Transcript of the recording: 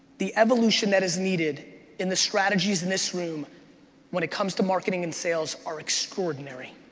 the evolution that is needed in the strategies in this room when it comes to marketing and sales are extraordinary.